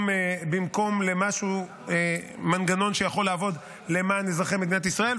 במקום למנגנון שיכול לעבוד למען אזרחי מדינת ישראל.